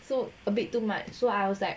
so a bit too much so I was like